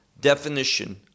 definition